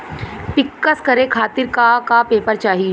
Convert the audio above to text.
पिक्कस करे खातिर का का पेपर चाही?